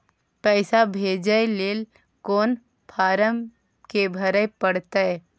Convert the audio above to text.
पैसा भेजय लेल कोन फारम के भरय परतै?